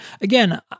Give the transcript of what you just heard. again